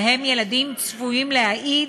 שבהם ילדים צפויים להעיד,